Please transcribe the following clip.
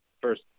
first